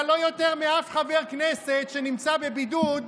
אתה לא יותר מאף חבר כנסת, שנמצא בבידוד.